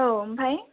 आमफ्राय